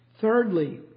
Thirdly